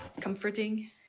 comforting